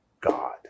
God